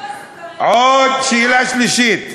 שאלה שלישית: